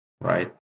right